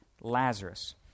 Lazarus